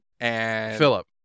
Philip